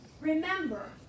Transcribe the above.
Remember